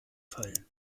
fallen